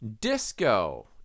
Disco